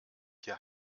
hier